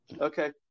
Okay